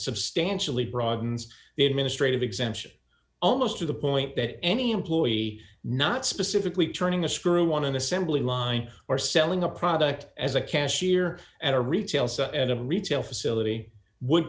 substantially broadens the administrative exemption almost to the point that any employee not specifically turning a screw on in assembly line or selling a product as a cashier at a retail site and i'm retail facility would